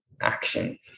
action